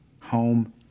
Home